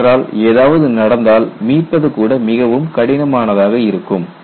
ஏனென்றால் ஏதாவது நடந்தால் மீட்பது கூட மிகவும் கடினமானதாக இருக்கும்